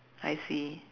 I see